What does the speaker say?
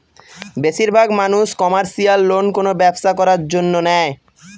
বেশির ভাগ মানুষ কমার্শিয়াল লোন কোনো ব্যবসা করার জন্য নেয়